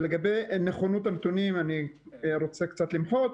לגבי נכונות הנתונים אני רוצה קצת למחות.